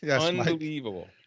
Unbelievable